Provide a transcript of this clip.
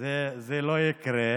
זה לא יקרה.